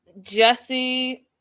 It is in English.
Jesse